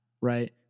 right